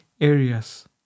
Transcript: areas